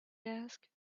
desk